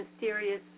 mysterious